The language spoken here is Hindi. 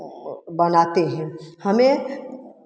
बनाते हैं हमें